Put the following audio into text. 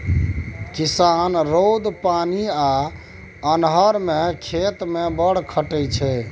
किसान रौद, पानि आ अन्हर मे खेत मे बड़ खटय छै